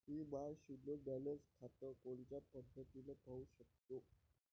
मी माय शुन्य बॅलन्स खातं कोनच्या पद्धतीनं पाहू शकतो?